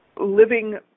living